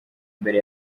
mbere